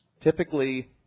typically